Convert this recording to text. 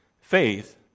Faith